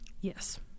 Yes